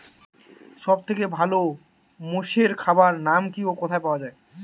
সব থেকে ভালো মোষের খাবার নাম কি ও কোথায় পাওয়া যায়?